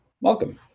welcome